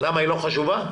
למה, היא לא חשובה?